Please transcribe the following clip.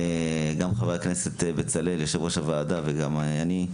גם חבר הכנסת בצלאל יושב-ראש הוועדה וגם אני,